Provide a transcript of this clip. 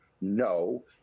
no